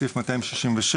סעיף 266,